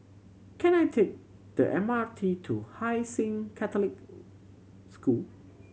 can I take the M R T to Hai Sing Catholic School